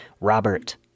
Robert